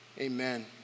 Amen